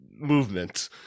Movement